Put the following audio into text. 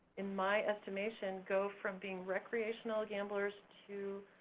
in my estimation, go from being recreational gamblers to,